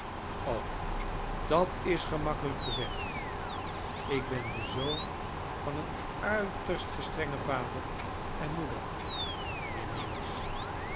dat is gemakkelijk gezegd ik ben de zoon van een uiterst gestrengen vader en moeder mijnheer